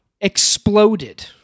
exploded